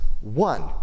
One